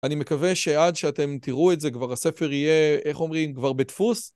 אני מקווה שעד שאתם תראו את זה, כבר הספר יהיה, איך אומרים, כבר בדפוס.